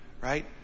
right